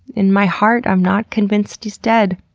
in my heart i'm not convinced he's dead.